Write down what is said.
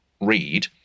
read